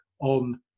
on